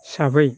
हिसाबै